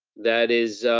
that is,